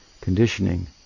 conditioning